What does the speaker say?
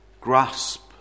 grasp